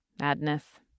Madness